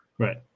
Right